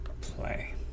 play